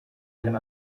einem